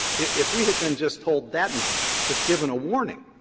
if we had been just told that much, just given a warning,